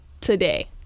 today